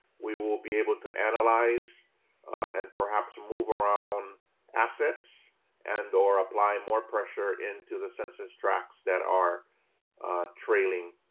we will be able to analyze and perhaps move around assets and or apply more pressure into the census tracks that are trailing